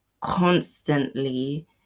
constantly